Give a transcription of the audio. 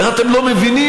איך אתם לא מבינים,